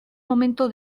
momento